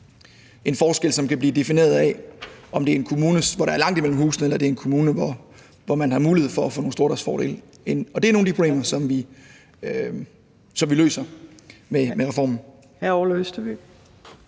en forskel, som kan blive defineret af, om det er en kommune, hvor der er langt imellem husene, eller det er en kommune, hvor man har mulighed for at få nogle stordriftsfordele ind, og det er nogle af de problemer, som vi løser med reformen. Kl. 16:32 Fjerde